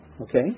Okay